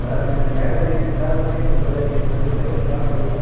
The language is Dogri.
सर में क्लेअर करी दित्ता हा तुसें ई उस बेल्लै जिस बेल्लै तुसें लैता हा मेरे कोला